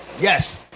Yes